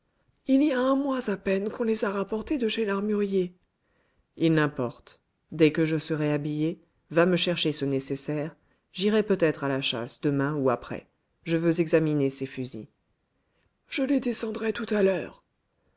il y a un mois à peine qu'on les a rapportés de chez l'armurier il n'importe dès que je serai habillé va me chercher ce nécessaire j'irai peut-être à la chasse demain ou après je veux examiner ces fusils je les descendrai tout à l'heure